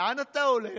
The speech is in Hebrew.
לאן אתה הולך?